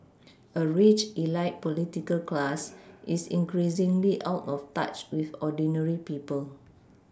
a rich Elite political class is increasingly out of touch with ordinary people